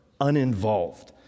uninvolved